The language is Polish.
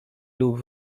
lub